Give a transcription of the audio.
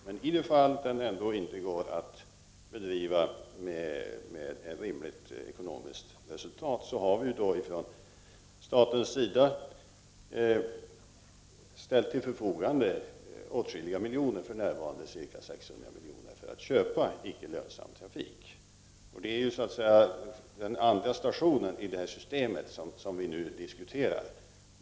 Men i de fall trafiken inte går att bedriva med ett rimligt ekonomiskt resultat har staten ställt åtskilliga miljoner till förfogande, för närvarande ca 600 miljoner, för att köpa icke lönsam trafik. Det är så att säga den andra stationen i det här systemet som vi nu diskuterar.